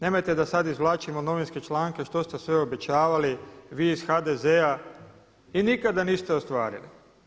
Nemojte da sada izvlačimo novinske članke što ste sve obećavali, vi iz HDZ-a i nikada niste ostvarili.